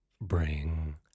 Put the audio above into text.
bring